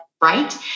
right